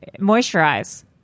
Moisturize